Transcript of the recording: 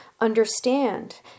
understand